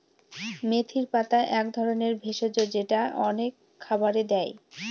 মেথির পাতা এক ধরনের ভেষজ যেটা অনেক খাবারে দেয়